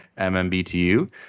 MMBTU